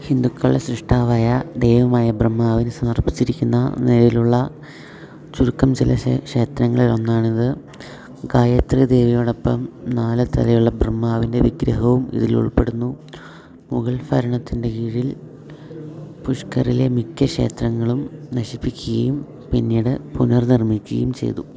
ഹിന്ദുക്കളുടെ സൃഷ്ടാവായ ദൈവമായ ബ്രഹ്മാവിന് സമർപ്പിച്ചിരിക്കുന്ന നിലവിലുള്ള ചുരുക്കം ചില ക്ഷേത്രങ്ങളിലൊന്നാണിത് ഗായത്രി ദേവിയോടൊപ്പം നാല് തലയുള്ള ബ്രഹ്മാവിന്റെ വിഗ്രഹവും ഇതിലുൾപ്പെടുന്നു മുഗൾ ഭരണത്തിൻ്റെ കീഴിൽ പുഷ്കറിലെ മിക്ക ക്ഷേത്രങ്ങളും നശിപ്പിക്കുകയും പിന്നീട് പുനർനിർമ്മിക്കയും ചെയ്തു